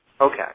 Okay